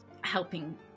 helping